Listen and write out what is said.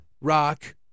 rock